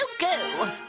Go